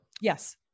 Yes